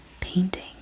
painting